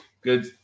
good